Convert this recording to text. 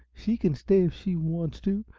she can stay if she wants to,